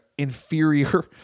inferior